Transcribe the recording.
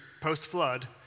post-flood